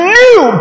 new